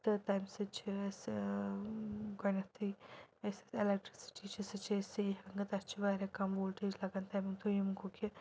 تہٕ تَمہِ سۭتۍ چھِ أسۍ گۄڈنٮ۪تھٕے الیکٹرسٹی سُہ چھ أسۍ سیٚو کران تَتھ چھ واریاہ کم وولٹیج لگان تمیُک دٔیِم گوٚو کہِ